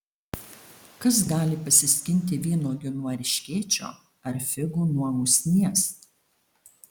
kas gali pasiskinti vynuogių nuo erškėčio ar figų nuo usnies